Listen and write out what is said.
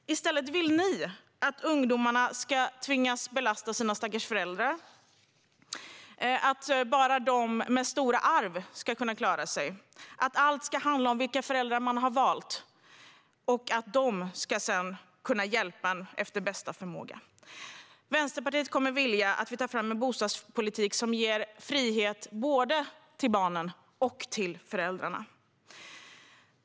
I stället vill ni att ungdomarna ska tvingas belasta sina stackars föräldrar eller att bara de med stora arv ska klara sig. Allt ska handla om vilka föräldrar man har valt och att de sedan ska hjälpa efter bästa förmåga. Vänsterpartiet vill att vi ska ta fram en bostadspolitik som ger frihet både till barnen och till föräldrarna.